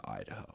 Idaho